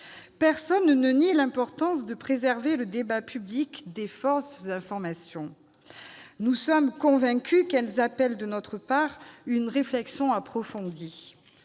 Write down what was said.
Personne ne nie l'importance de préserver le débat public des fausses informations. Nous sommes convaincus qu'elles appellent de notre part une réflexion approfondie.